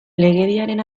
legediaren